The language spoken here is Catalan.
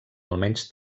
almenys